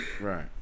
Right